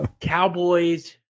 Cowboys